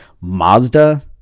Mazda